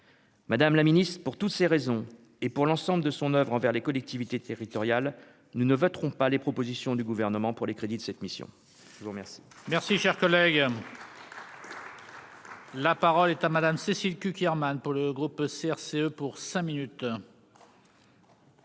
Madame la Ministre pour toutes ces raisons, et pour l'ensemble de son oeuvre envers les collectivités territoriales, nous ne voterons pas les propositions du gouvernement pour les crédits de cette mission, je vous remercie.